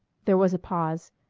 there was a pause.